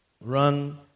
run